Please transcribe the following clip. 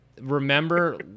Remember